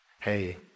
Hey